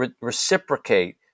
reciprocate